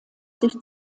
sich